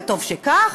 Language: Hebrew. וטוב שכך,